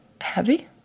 heavy